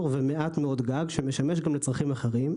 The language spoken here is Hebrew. ומעט מאוד גג שמשמש גם לצרכים אחרים.